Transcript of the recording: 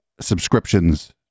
subscriptions